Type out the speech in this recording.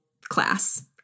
class